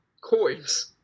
coins